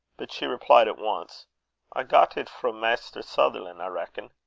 but she replied at once i got it frae maister sutherlan', i reckon.